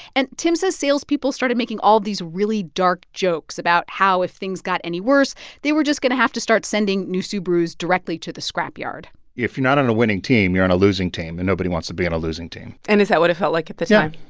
and tim says sales people started making all these really dark jokes about how if things got any worse they were just going to have to start sending new subarus directly to the scrapyard if you're not on a winning team, you're on a losing team, and nobody wants to be on a losing team and is that what it felt like at the time?